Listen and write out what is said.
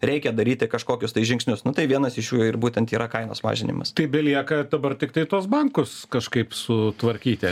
reikia daryti kažkokius tai žingsnius nu tai vienas iš jų ir būtent yra kainos mažinimas tai belieka dabar tiktai tuos bankus kažkaip sutvarkyti